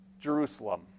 Jerusalem